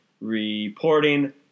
reporting